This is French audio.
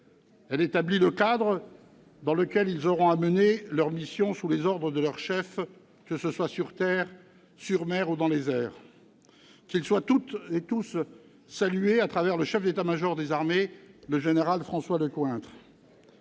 Elle établit le cadre dans lequel ils auront à mener leurs missions sous les ordres de leurs chefs, sur terre, sur mer ou dans les airs. Qu'ils soient toutes et tous salués à travers le chef d'état-major des armées, le général François Lecointre.